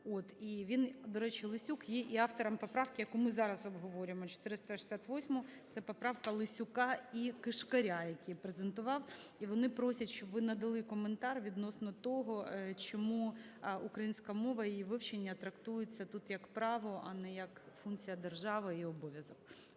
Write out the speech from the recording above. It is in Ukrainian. Лесюк. До речі, Лесюк є і автором поправки, яку ми і зараз обговорюємо, 468-у – це поправка Лесюка і Кишкара, який презентував. І вони просять, щоб ви надали коментар відносно того, чому українська мова і її вивчення трактується тут як право, а не як функція держави і обов'язок.